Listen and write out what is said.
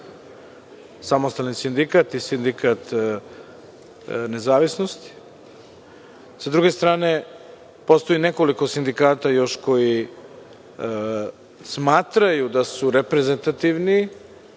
Samostalni sindikat i Sindikat „Nezavisnost“. S druge strane, postoji nekoliko sindikata još koji smatraju da su reprezentativni,